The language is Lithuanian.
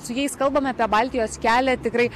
su jais kalbam apie baltijos kelią tikrai